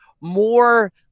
more